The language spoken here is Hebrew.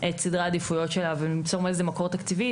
את סדרי העדיפויות שלה ולמצוא איזה מקור תקציבי,